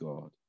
God